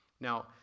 Now